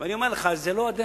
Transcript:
ואני אומר לך: זה לא הדרך.